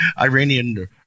Iranian